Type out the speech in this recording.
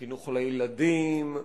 חינוך לילדים,